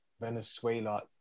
Venezuela